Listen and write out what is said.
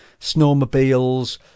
snowmobiles